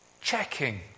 checking